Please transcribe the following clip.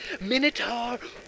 Minotaur